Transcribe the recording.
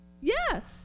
Yes